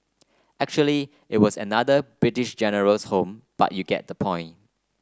actually it was another British General's home but you get the point